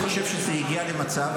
אני חושב שזה הגיע למצב,